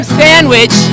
sandwich